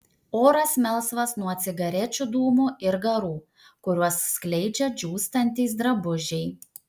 oras melsvas nuo cigarečių dūmų ir garų kuriuos skleidžia džiūstantys drabužiai